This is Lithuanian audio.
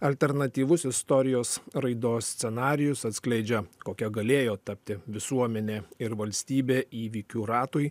alternatyvus istorijos raidos scenarijus atskleidžia kokia galėjo tapti visuomenė ir valstybė įvykių ratui